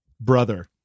brother